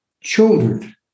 children